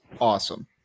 awesome